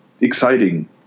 exciting